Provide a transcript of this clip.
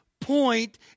point